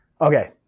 Okay